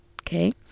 okay